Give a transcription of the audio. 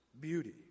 beauty